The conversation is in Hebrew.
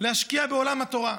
להשקיע בעולם התורה,